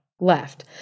left